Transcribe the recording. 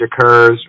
occurs